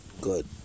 good